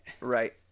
right